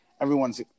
everyone's